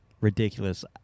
ridiculous